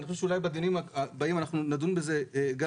ואני חושב שאולי בדיונים הבאים נדון בזה יותר